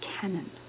canon